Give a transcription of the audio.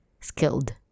skilled